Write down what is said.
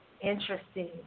Interesting